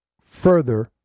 further